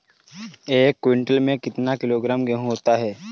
एक क्विंटल में कितना किलोग्राम गेहूँ होता है?